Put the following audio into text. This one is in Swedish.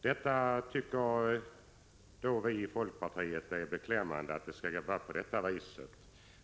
Vi i folkpartiet tycker att det är beklämmande att det skall vara på detta vis.